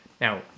Now